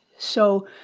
so,